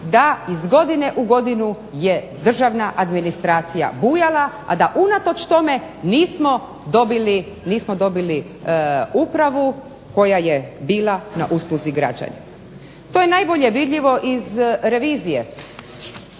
da iz godine u godinu je državna administracija bujala, a da unatoč tome nismo dobili upravu koja je bila na usluzi građanima. To je najbolje vidljivo iz revizije,